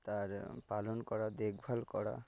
তার পালন করা দেখভাল করা